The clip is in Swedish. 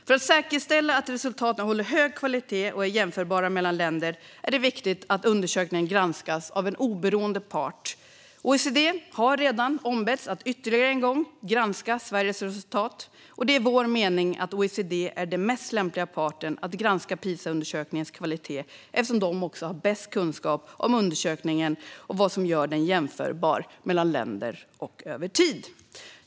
För att säkerställa att resultaten håller hög kvalitet och är jämförbara mellan länder är det viktigt att undersökningen granskas av en oberoende part. OECD har redan ombetts att ytterligare en gång granska Sveriges resultat, och det är vår mening att OECD är den mest lämpliga parten att granska PISA-undersökningens kvalitet eftersom de också har bäst kunskap om undersökningen och vad som gör den jämförbar mellan länder och över tid.